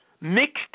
Mixed